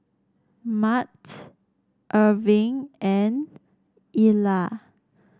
Mart Irving and Ila